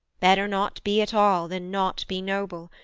better not be at all than not be noble.